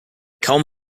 kaum